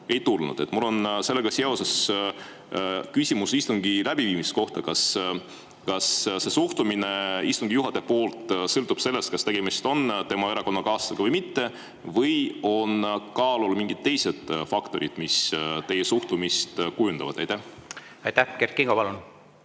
Mul on sellega seoses küsimus istungi läbiviimise kohta. Kas istungi juhataja suhtumine sõltub sellest, kas tegemist on tema erakonnakaaslasega või mitte, või on kaalul mingid teised faktorid, mis teie suhtumist kujundavad? Aitäh! Kert Kingo, palun!